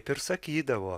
tai ir sakydavo